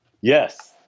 Yes